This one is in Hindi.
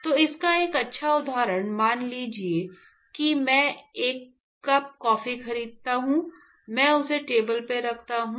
तो इसका एक अच्छा उदाहरण मान लीजिए मैं एक कप कॉफी खरीदता हूं मैं उसे टेबल पर रखता हूं